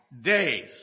days